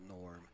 norm